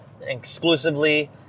exclusively